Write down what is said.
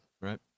right